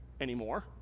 anymore